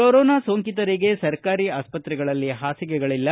corona ಸೋಂಕಿತರಿಗೆ ಸರ್ಕಾರಿ ಆಸ್ತ್ರೆಗಳಲ್ಲಿ ಹಾಸಿಗೆಗಳಿಲ್ಲ